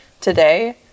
today